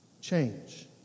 change